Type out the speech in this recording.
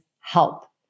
help